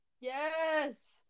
Yes